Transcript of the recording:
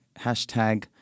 Hashtag